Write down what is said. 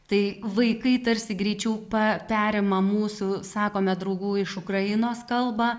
tai vaikai tarsi greičiau pa perima mūsų sakome draugų iš ukrainos kalbą